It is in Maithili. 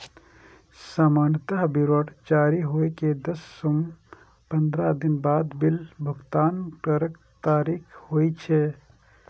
सामान्यतः विवरण जारी होइ के दस सं पंद्रह दिन बाद बिल भुगतानक तारीख होइ छै